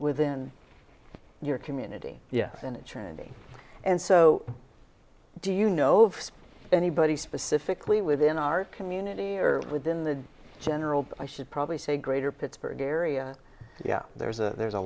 within your community yes in eternity and so do you know of anybody specifically within our community or within the general but i should probably say greater pittsburgh area yeah there's a there's a